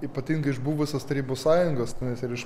ypatingai iš buvusios tarybų sąjungos nes ir iš